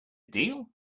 deal